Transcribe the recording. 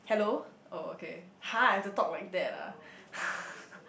hello oh okay !huh! I have to talk like that ah